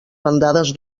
bandades